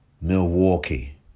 Milwaukee